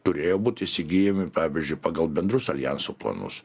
turėjo būt įsigyjami pavyzdžiui pagal bendrus aljanso planus